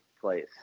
place